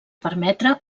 permetre